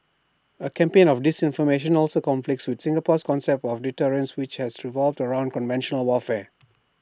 A campaign of disinformation also conflicts with Singapore's concept of deterrence which has revolved around conventional warfare